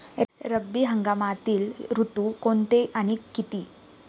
रब्बी हंगामातील ऋतू कोणते आणि किती?